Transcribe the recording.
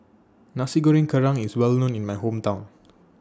Nasi Goreng Kerang IS Well known in My Hometown